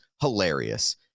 hilarious